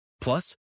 Plus